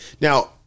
Now